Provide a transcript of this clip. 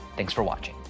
thanks for watching.